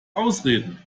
ausreden